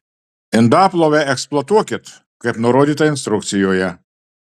indaplovę eksploatuokit kaip nurodyta instrukcijoje